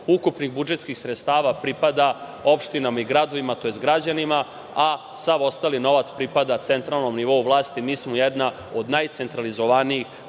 ukupnih budžetskih sredstava pripada opštinama i gradovima tj. građanima, a sav ostali novac pripada centralnom nivou vlasti. Mi smo jedna od najcentralizovanijih